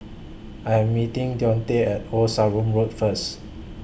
I Am meeting Dionte At Old Sarum Road First